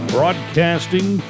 Broadcasting